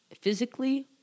physically